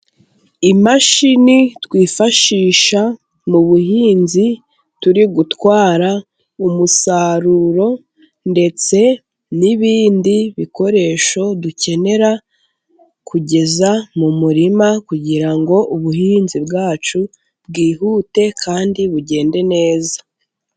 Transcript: Imashini twifashisha mu buhinzi turi gutwara umusaruro, ndetse n'ibindi bikoresho dukenera kugeza mu murima, kugira ngo ubuhinzi bwacu bwihute, kandi bugende neza.